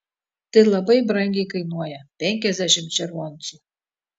tai labai brangiai kainuoja penkiasdešimt červoncų